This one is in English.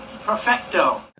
perfecto